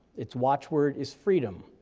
its watchword is freedom,